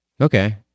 Okay